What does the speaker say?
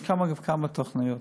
יש כמה וכמה תחנות.